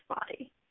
body